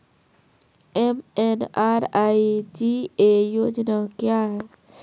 MNREGA योजना क्या हैं?